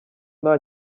nta